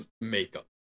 makeup